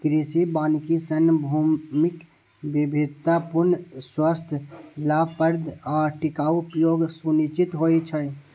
कृषि वानिकी सं भूमिक विविधतापूर्ण, स्वस्थ, लाभप्रद आ टिकाउ उपयोग सुनिश्चित होइ छै